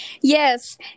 Yes